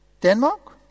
Denmark